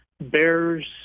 bears